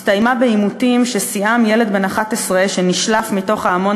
הסתיימה בעימותים ששיאם שליפת ילד בן 11 מתוך ההמון